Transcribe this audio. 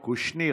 קושניר,